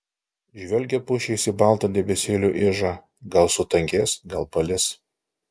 žvelgia pušys į baltą debesėlių ižą gal sutankės gal palis